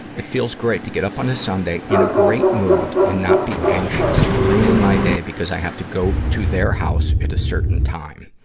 it feels great to get up on a sunday, in a great mood, and not be anxious, ruining my day because i have to go to their house at a certain time.